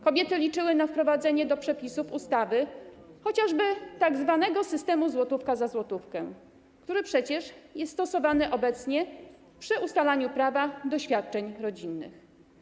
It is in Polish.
Kobiety liczyły na wprowadzenie do przepisów ustawy chociażby rozwiązania dotyczącego tzw. systemu złotówka za złotówkę, który przecież jest stosowany obecnie przy ustalaniu prawa do świadczeń rodzinnych.